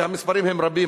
והמספרים הם רבים.